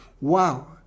wow